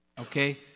okay